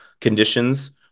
conditions